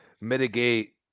mitigate